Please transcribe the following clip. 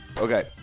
Okay